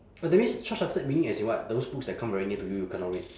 oh that means short sighted meaning as in what those books that come very near to you you cannot read